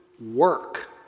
work